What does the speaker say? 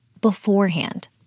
beforehand